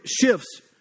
shifts